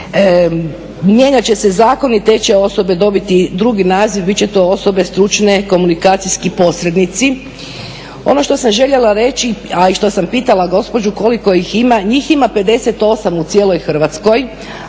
Mijenjat će se zakon i te će osobe dobiti drugi naziv, bit će to osobe stručne komunikacijski posrednici. Ono što sam željela reći, a i što sam pitala gospođu koliko ih ima, njih ima 58 u cijeloj Hrvatskoj